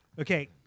Okay